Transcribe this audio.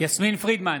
יסמין פרידמן,